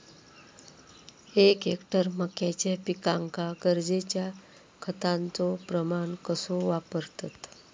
एक हेक्टर मक्याच्या पिकांका गरजेच्या खतांचो प्रमाण कसो वापरतत?